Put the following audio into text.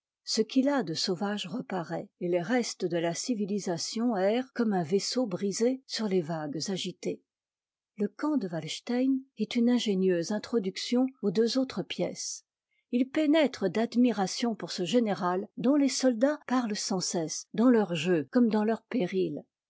ce qu'il a de sauvage reparaît et les restes de la civilisation errent comme un vaisseau brisé sur les vagues agitées le camp de walstein est une ingénieuse introduction aux deux autres pièces il pénètre d'admiration pour ce général dont les soldats parlent sans cesse dans leurs jeux comme dans leurs périls